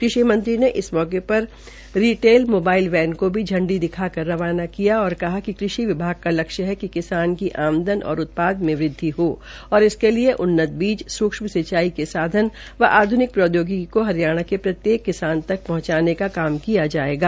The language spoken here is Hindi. कृषि मंत्री ने इस मौके पर रिटेल मोबाइल वेन को झंडी दिखाकर रवाना किया और कहा कि कृषि विभाग का लक्ष्य है कि किसान की आमदन और उप्ताद में वृद्वि हो और इसके लिये उन्नत बीज सूक्षम सिंचाई के साधन व आध्निक प्रौदयोगिकी को हरियाणा के प्रत्येक किसान तक पहंचाने का काम किया जायेगा